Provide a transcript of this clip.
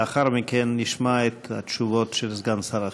לאחר מכן נשמע את התשובות של סגן שר החינוך.